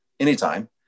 Anytime